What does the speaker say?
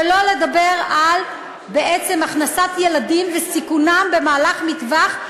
שלא לדבר על הכנסת ילדים וסיכונם במהלך מטווח,